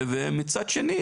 ומצד שני,